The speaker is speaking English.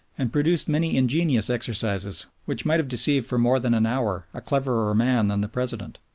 and produced many ingenious exercises which might have deceived for more than an hour a cleverer man than the president.